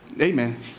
amen